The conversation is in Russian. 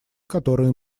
которые